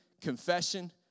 confession